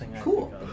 Cool